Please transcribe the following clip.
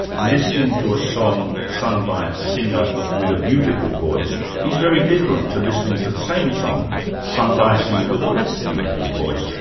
listening to a song sung by a singer with a beautiful voice is very different to listening to the same song sung by a singer with a less beautiful voice.